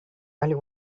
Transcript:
ellie